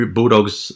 Bulldogs